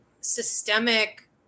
systemic